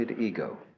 ego